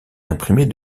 imprimer